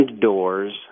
doors